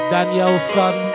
Danielson